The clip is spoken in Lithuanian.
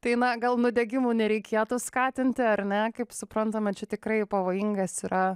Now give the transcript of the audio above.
tai na gal nudegimų nereikėtų skatinti ar ne kaip suprantama čia tikrai pavojingas yra